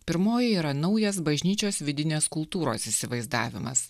pirmoji yra naujas bažnyčios vidinės kultūros įsivaizdavimas